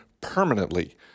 permanently